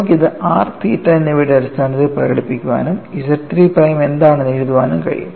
നമുക്ക് ഇത് r തീറ്റ എന്നിവയുടെ അടിസ്ഥാനത്തിൽ പ്രകടിപ്പിക്കാനും ZIII പ്രൈം എന്താണെന്ന് എഴുതാനും കഴിയും